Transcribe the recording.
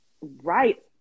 right